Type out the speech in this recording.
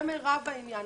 זה מירב העניין.